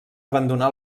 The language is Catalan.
abandonar